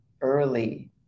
early